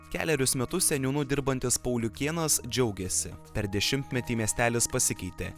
kelerius metus seniūnu dirbantis pauliukėnas džiaugiasi per dešimtmetį miestelis pasikeitė